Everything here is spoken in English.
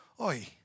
Oi